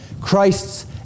Christ's